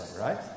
right